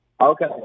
Okay